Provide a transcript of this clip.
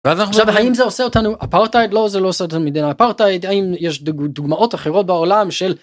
האם זה עושה אותנו אפרטייד לא זה לא עושה את המדינה אפרטייד אם יש דוגמאות אחרות בעולם של.